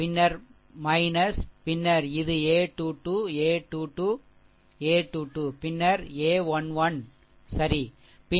பின்னர் பின்னர் இது a 2 2 a 2 2 a 2 2 பின்னர் a 1 1 சரி